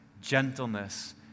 Gentleness